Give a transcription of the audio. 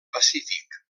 pacífic